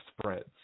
spreads